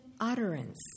utterance